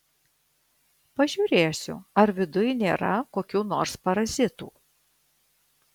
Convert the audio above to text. pažiūrėsiu ar viduj nėra kokių nors parazitų